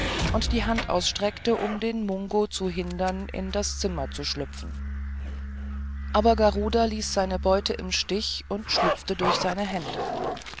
und die hand ausstreckte um den mungos zu hindern in das zimmer zu hüpfen aber garuda ließ seine beute im stich und schlüpfte durch seine hände